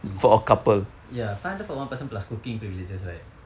is ya five hundred for one person plus cooking privileges right